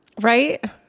Right